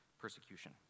persecution